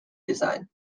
design